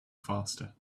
faster